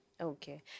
Okay